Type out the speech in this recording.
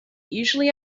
usually